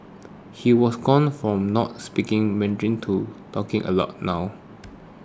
he was gone from not speaking Mandarin to talking a lot now